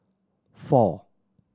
four